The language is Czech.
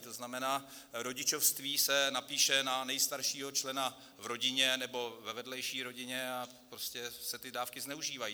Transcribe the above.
To znamená, rodičovství se napíše na nejstaršího člena v rodině nebo ve vedlejší rodině a prostě se dávky zneužívají.